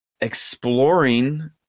Exploring